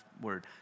word